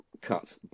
Cut